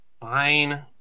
fine